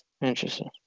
Interesting